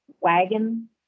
wagon